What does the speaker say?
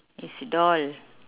is doll